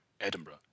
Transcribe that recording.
Edinburgh